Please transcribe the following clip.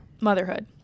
motherhood